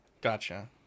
gotcha